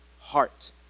heart